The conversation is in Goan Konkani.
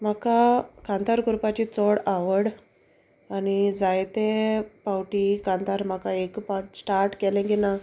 म्हाका कांतार करपाची चोड आवड आनी जायते पावटी कांतार म्हाका एक पाट स्टार्ट केलें की ना